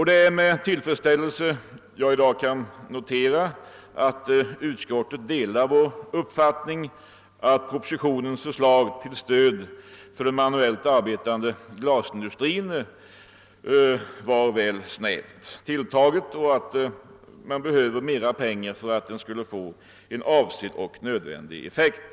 Det är med tillfredsställelse jag i dag noterar, att utskottet delar vår uppfattning, att propositionens förslag till stöd till den ma nuellt arbetande glasindustrin varit snävt tilltaget och att man behöver mera pengar för att det skall få avsedd och nödvändig effekt.